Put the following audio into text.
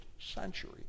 century